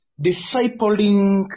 discipling